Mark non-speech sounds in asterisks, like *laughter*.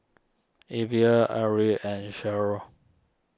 Alvy Aria and *unintelligible*